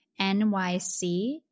NYC